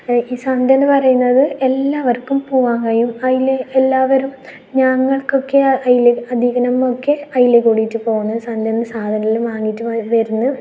ഈ സന്തയെന്ന് പറയുന്നത് എല്ലാവർക്കും പോകാൻ കഴിയും അതിൽ എല്ലാവരും ഞങ്ങൾക്കൊക്കെ അതിൽ അതിൽ കൂടീട്ട് പോകുന്നത് സന്തേന്ന് സാധനങ്ങളെല്ലാം വാങ്ങിയിട്ട് വരുന്നു